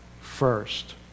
first